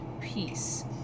peace